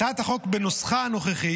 הצעת החוק בנוסחה הנוכחי